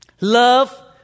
Love